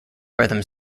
rhythm